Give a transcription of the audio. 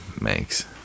makes